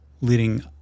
leading